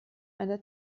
eine